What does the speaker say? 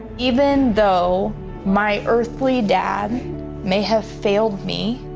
even though my earthly dad may have failed me,